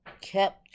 kept